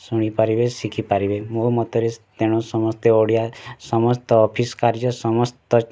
ଶୁଣି ପାରବେ ଶିଖି ପାରିବେ ମୋ ମତରେ ତେଣୁ ସମସ୍ତେ ଓଡ଼ିଆ ସମସ୍ତ ଅଫିସ୍ କାର୍ଯ୍ୟ ସମସ୍ତ